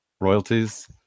royalties